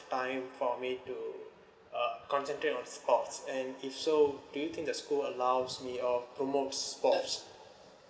time for me to uh concentrate on sports and if so do you think the school allows me of promotes sports